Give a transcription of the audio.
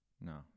No